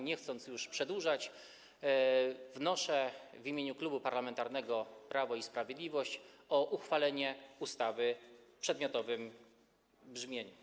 Nie chcąc już przedłużać, wnoszę w imieniu Klubu Parlamentarnego Prawo i Sprawiedliwość o uchwalenie ustawy w przedmiotowym brzmieniu.